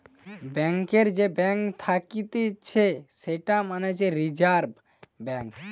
ব্যাংকারের যে ব্যাঙ্ক থাকতিছে সেটা মানে রিজার্ভ ব্যাঙ্ক